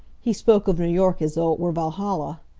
he spoke of new york as though it were valhalla.